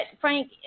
Frank